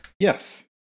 Yes